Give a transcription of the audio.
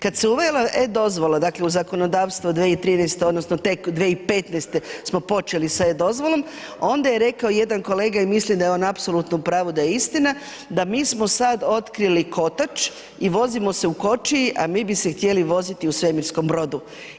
Kad se uvela e-dozvola, dakle, u zakonodavstvo 2013. odnosno tek 2015. smo počeli s e-dozvolom, onda je rekao jedan kolega i mislim da je on apsolutno u pravu i da je istina, da mi smo sad otkrili kotač i vozimo se u kočiji, a mi bi se htjeli voziti u svemirskom brodu.